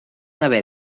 haver